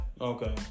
Okay